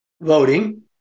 voting